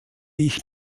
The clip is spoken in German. ich